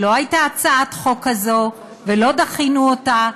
לא הייתה הצעת חוק כזאת ולא דחינו אותה.